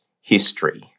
history